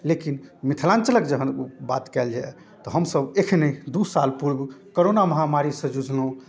लेकिन मिथिलाञ्चलके जहन बात कएल जाए तऽ हमसब एखने दुइ साल पूर्व कोरोना महामारीसँ जुझलहुँ